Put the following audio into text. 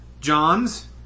Johns